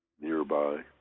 nearby